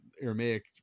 Aramaic